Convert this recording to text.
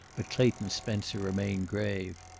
but clayton spencer remained grave.